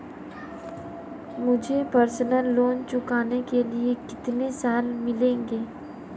मुझे personal loan चुकाने के लिए कितने साल मिलेंगे?